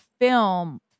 film